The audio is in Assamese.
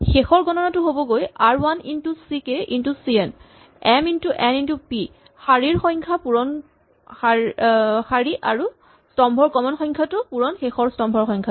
শেষৰ গণনাটো হ'বগৈ R one into C K into C N M into N into P শাৰীৰ সংখ্যা পূৰণ শাৰী আৰু স্তম্ভৰ কমন সংখ্যাটো পূৰণ শেষৰ স্তম্ভৰ সংখ্যা